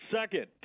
Second